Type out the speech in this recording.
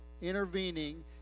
intervening